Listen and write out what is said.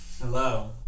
Hello